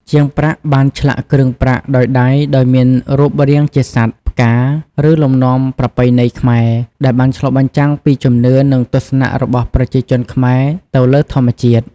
ជាងប្រាក់បានឆ្លាក់គ្រឿងប្រាក់ដោយដៃដោយមានរូបរាងជាសត្វ ផ្កា ឬលំនាំប្រពៃណីខ្មែរ ដែលបានឆ្លុះបញ្ចាំងពីជំនឿ និងទស្សនៈរបស់ប្រជាជនខ្មែរទៅលើធម្មជាតិ។